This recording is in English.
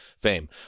fame